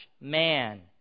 man